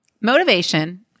motivation